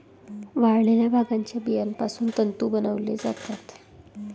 वाळलेल्या भांगाच्या बियापासून तंतू बनवले जातात